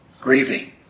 Grieving